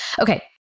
Okay